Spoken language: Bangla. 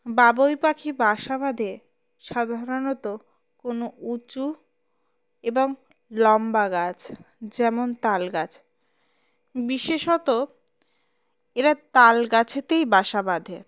বাবুই পাখি বাসা বাঁধে সাধারণত কোনো উঁচু এবং লম্বা গাছ যেমন তাল গাছ বিশেষত এরা তাল গাছেতেই বাসা বাঁধে